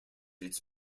its